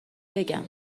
بگم